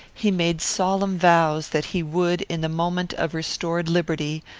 he made solemn vows that he would, in the moment of restored liberty,